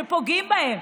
שפוגעים בהם,